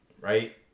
right